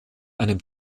einem